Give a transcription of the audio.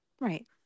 Right